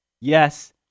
Yes